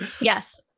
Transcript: Yes